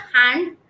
hand